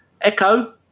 Echo